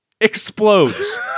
explodes